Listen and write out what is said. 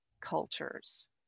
cultures